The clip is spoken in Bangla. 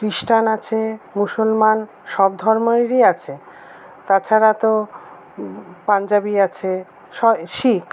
খ্রিস্টান আছে মুসলমান সব ধর্মেরই আছে তাছাড়া তো পাঞ্জাবি আছে শিখ